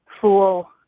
fool